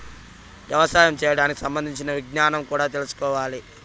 యవసాయం చేయడానికి సంబంధించిన విజ్ఞానం కూడా తెల్సుకోవాలి